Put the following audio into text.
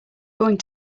going